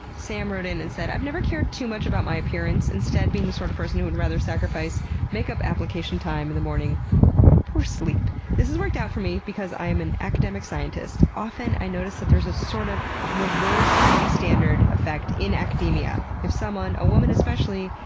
sam wrote in and said, i've never cared too much about my appearance, instead being the sort of person who'd rather sacrifice makeup application time in the morning for sleep. this has worked out for me because i'm an academic scientist. often, i notice that there's a sort of reverse beauty standard effect in academia. if someone, a woman especially,